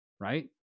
right